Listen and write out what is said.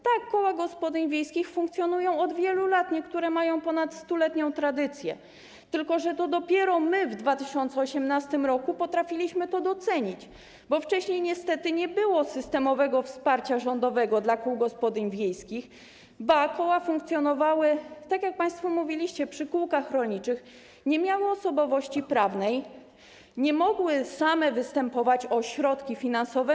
Tak, koła gospodyń wiejskich funkcjonują od wielu lat, niektóre mają ponad stuletnią tradycję, tylko że to dopiero my w 2018 r. potrafiliśmy to docenić, bo wcześniej niestety nie było systemowego wsparcia rządowego dla kół gospodyń wiejskich, ba, koła funkcjonowały, tak jak państwo mówiliście, przy kółkach rolniczych, nie miały osobowości prawnej, nie mogły same występować o środki finansowe.